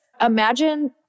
imagine